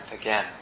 again